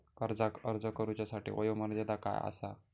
कर्जाक अर्ज करुच्यासाठी वयोमर्यादा काय आसा?